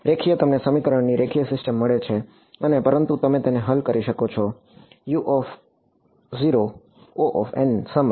રેખીય તમને સમીકરણની રેખીય સિસ્ટમ મળે છે અને પરંતુ તમે તેને હલ કરી શકો છો સમય